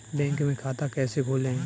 Bank में खाता कैसे खोलें?